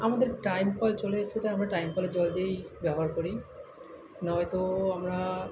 আমাদের টাইম কল চলে এসেছে তো আমরা টাইম কলের জল দিয়েই ব্যবহার করি নয়তো আমরা